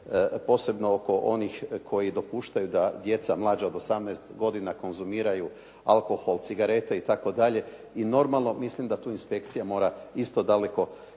posebno oko onih koji dopuštaju da djeca mlađa od 18 godina konzumiraju alkohol, cigarete itd. i normalno mislim da tu inspekcija mora isto daleko